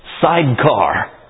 Sidecar